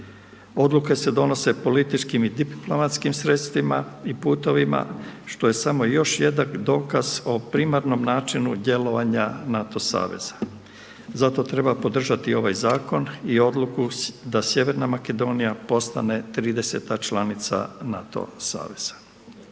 Odluke se donose političkim i diplomatskim sredstvima i putovima, što je samo još jedan dokaz o primarnom načinu djelovanja NATO saveza. Zato treba podržati ovaj zakon i odluku da sjeverna Makedonija postane 30.-ta članica NATO saveza.